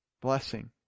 blessing